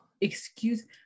Excuse